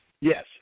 yes